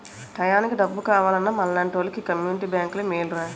టయానికి డబ్బు కావాలన్నా మనలాంటోలికి కమ్మునిటీ బేంకులే మేలురా